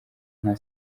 nka